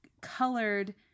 colored